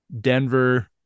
Denver